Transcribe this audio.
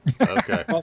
Okay